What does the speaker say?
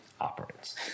operates